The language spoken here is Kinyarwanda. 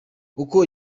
uko